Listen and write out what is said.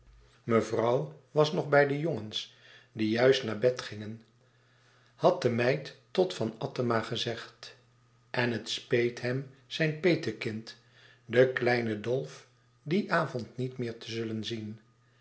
mevrouw was nog bij de jongens die juist naar bed gingen had de meid tot van attema gezegd en het speet hem zijn petekind den kleinen dolf dien avond niet meer te zullen zien